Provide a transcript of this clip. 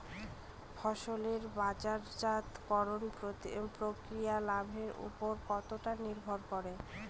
ফসলের বাজারজাত করণ প্রক্রিয়া লাভের উপর কতটা নির্ভর করে?